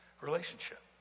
relationship